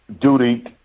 duty